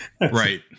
right